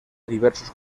diversos